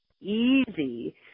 easy